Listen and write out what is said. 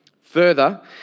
Further